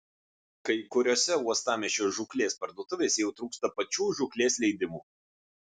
kai kuriose uostamiesčio žūklės parduotuvėse jau trūksta pačių žūklės leidimų